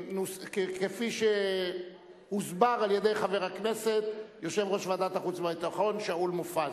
כפי שהוסבר על-ידי חבר הכנסת יושב-ראש ועדת החוץ והביטחון שאול מופז.